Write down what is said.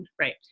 Right